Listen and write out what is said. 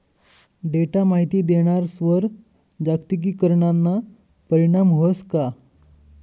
Data माहिती देणारस्वर जागतिकीकरणना परीणाम व्हस का?